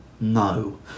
No